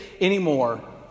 anymore